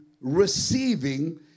receiving